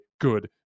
good